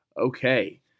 Okay